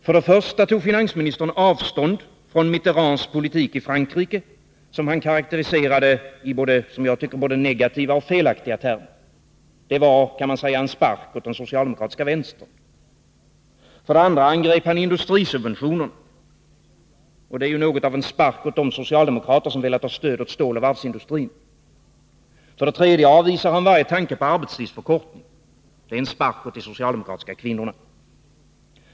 För det första tog finansministern avstånd från Mitterrands politik i Frankrike, som han karakteriserade i, som jag tycker, både negativa och felaktiga termer. Det var en spark åt den socialdemokratiska vänstern, kan man säga. För det andra angrep han industrisubventionerna. Det var en spark åt de socialdemokrater som velat ha stöd åt ståloch varvsindustrin. För det tredje avvisade han varje tanke på arbetstidsförkortning. Det var en spark åt de socialdemokratiska kvinnorna.